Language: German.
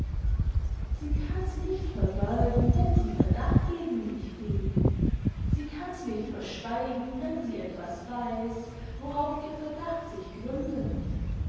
sie kann's nicht verbergen wenn sie verdacht gegen mich hegt sie kann's nicht verschweigen wenn sie etwas weiß worauf ihr verdacht sich gründet